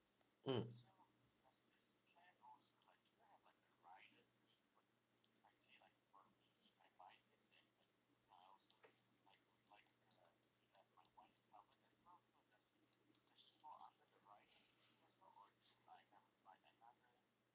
mm